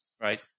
right